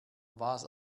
was